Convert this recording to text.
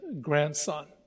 grandson